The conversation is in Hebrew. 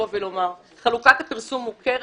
חלוקת הפרסום מוכרת.